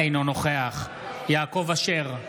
אינו נוכח יעקב אשר,